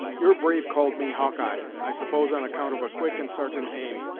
your brave called me hawkeye, i suppose on account of a quick and sartain aim,